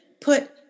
put